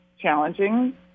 challenging